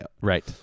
Right